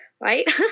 right